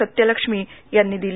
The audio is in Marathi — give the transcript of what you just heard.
सत्यलक्ष्मी यांनी दिली